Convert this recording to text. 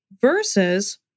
versus